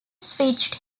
switched